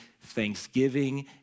thanksgiving